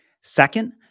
Second